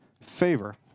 favor